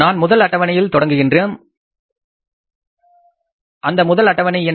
நாம் முதல் அட்டவணையில் தொடங்குகின்றோம் அந்த முதல் அட்டவணை என்ன